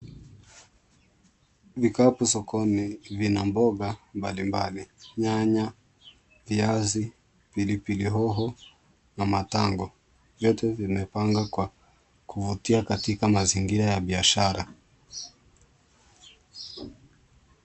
Vikapu sokoni vina mboga mbali mbali, nyanya, viazi, pilipili hoho na matango. Vyote vimepangwa kwa kuvutia kwa mazingira ya biashara.